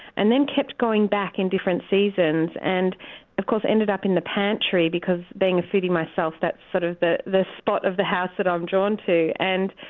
and then kept going back in different seasons. and of course i ended up in the pantry because being a foodie myself, that's sort of the the spot of the house that i'm drawn to and